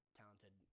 talented